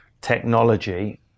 technology